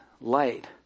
light